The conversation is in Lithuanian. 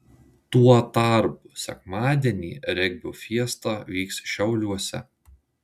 tuo tarpu sekmadienį regbio fiesta vyks šiauliuose